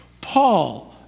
Paul